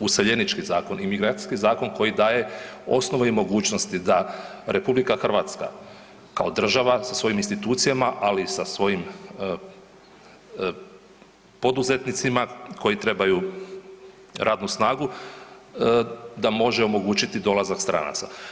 useljenički zakon, imigracijski zakon koji daje osnove i mogućnost da RH kao država sa svojim institucijama, ali i sa svojim poduzetnicima, koji trebaju radnu snagu, da može omogućiti dolazak stranaca.